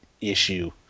issue